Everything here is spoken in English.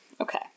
Okay